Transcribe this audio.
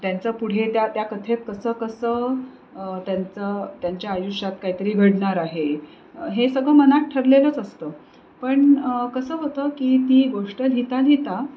त्यांचं पुढे त्या त्या कथेत कसं कसं त्यांचं त्यांच्या आयुष्यात काहीतरी घडणार आहे हे सगळं मनात ठरलेलंच असतं पण कसं होतं की ती गोष्ट लिहिता लिहिता